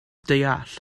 deall